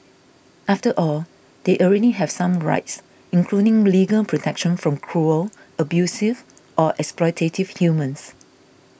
after all they already have some rights including legal protection from cruel abusive or exploitative humans